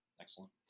Excellent